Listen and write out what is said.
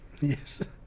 Yes